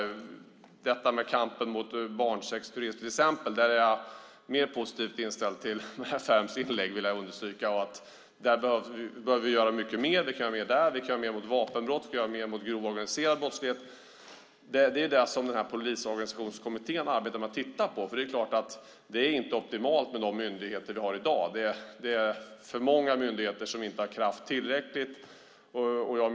När det gäller till exempel kampen mot barnsexturism är jag mer positivt inställd till Maria Ferms inlägg, vill jag understryka. Där behöver vi göra mycket mer. Det kan vi göra där, och det kan vi göra mot vapenbrott. Vi kan också göra mer mot grov organiserad brottslighet. Det är detta som Polisorganisationskommittén arbetar med att titta på. Det är inte optimalt med de myndigheter vi har i dag. Det är för många myndigheter som inte har tillräckligt med kraft.